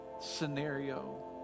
scenario